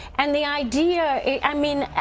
and the idea i mean,